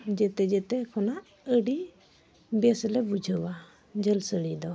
ᱡᱚᱛᱚ ᱡᱚᱛᱚ ᱠᱷᱚᱱᱟᱜ ᱟᱹᱰᱤ ᱵᱮᱥ ᱞᱮ ᱵᱩᱡᱷᱟᱹᱣᱟ ᱡᱷᱟᱹᱞ ᱥᱟᱹᱲᱤ ᱫᱚ